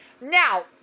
Now